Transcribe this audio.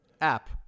App